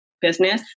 business